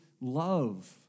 love